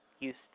Houston